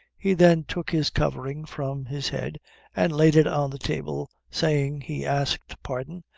he then took his covering from his head and laid it on the table, saying, he asked pardon,